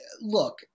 look